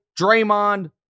Draymond